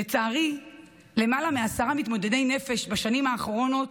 לצערי בשנים האחרונות,